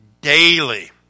daily